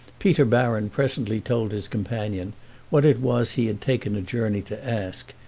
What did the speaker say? peter baron presently told his companion what it was he had taken a journey to ask,